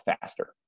faster